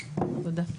תודה.